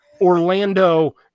Orlando